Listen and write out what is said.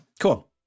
Cool